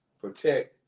protect